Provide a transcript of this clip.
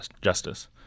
justice